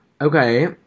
Okay